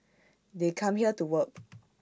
they come here to work